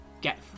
get